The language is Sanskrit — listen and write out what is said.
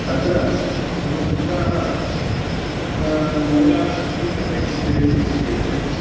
अत्र मम पुत्राः मया किम् अपेक्ष्यते इति चेत्